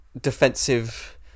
defensive